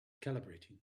calibrating